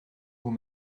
vous